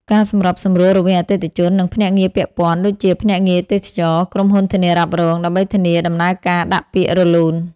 ការសម្របសម្រួលរវាងអតិថិជន និងភ្នាក់ងារពាក់ព័ន្ធ ដូចជាភ្នាក់ងារទេសចរណ៍ ក្រុមហ៊ុនធានារ៉ាប់រង ដើម្បីធានាដំណើរការដាក់ពាក្យរលូន។